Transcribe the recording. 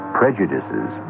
prejudices